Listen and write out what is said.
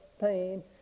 pain